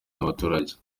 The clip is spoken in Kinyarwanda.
n’abaturage